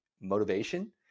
motivation